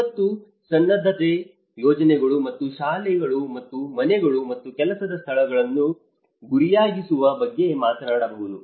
ವಿಪತ್ತು ಸನ್ನದ್ಧತೆ ಯೋಜನೆಗಳು ಅಥವಾ ಶಾಲೆಗಳು ಮತ್ತು ಮನೆಗಳು ಮತ್ತು ಕೆಲಸದ ಸ್ಥಳಗಳನ್ನು ಗುರಿಯಾಗಿಸುವ ಬಗ್ಗೆ ಮಾತನಾಡಬಹುದು